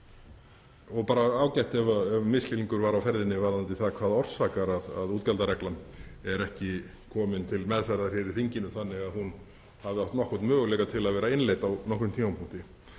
er bara ágætt ef misskilningur var á ferðinni varðandi það hvað orsakar að útgjaldareglan er ekki komin til meðferðar hér í þinginu þannig að hún hafi átt nokkurn möguleika til að vera innleidd á nokkrum tímapunkti,